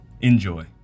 Enjoy